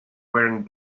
wearing